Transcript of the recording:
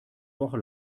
woche